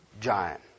giant